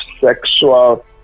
sexual